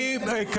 אני אקצר.